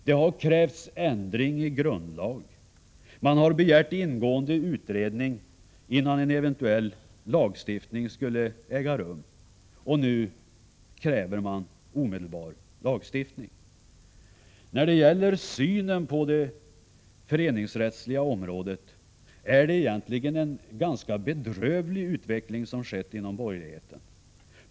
Det har krävts ändring i grundlagen, och man har begärt ingående utredning innan en eventuell lagstiftning skulle äga rum. Nu kräver man omedelbar lagstiftning. När det gäller synen på det föreningsrättsliga området är det egentligen en ganska bedrövlig utveckling som skett inom borgerligheten.